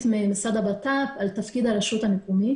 ממשרד הבט"פ על תפקיד הרשויות המקומיות.